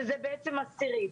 שזה בעצם עשירית.